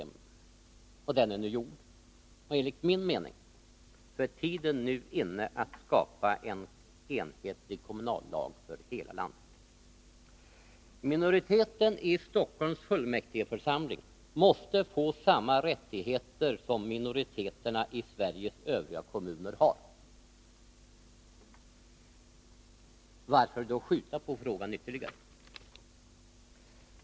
Utredningsarbetet är nu avslutat, och enligt min mening är tiden inne att stifta en kommunallag gällande för hela landet. Minoriteten i Stockholms fullmäktigeförsamling måste få samma rättigheter som minoriteterna i Sveriges övriga kommuner har. Varför då uppskjuta frågan ytterligare?